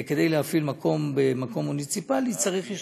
כדי להפעיל מקום במקום מוניציפלי צריך אישור.